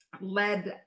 led